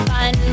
Fun